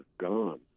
gone